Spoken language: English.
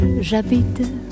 j'habite